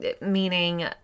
meaning